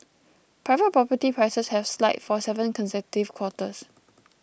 private property prices have slide for seven consecutive quarters